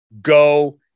go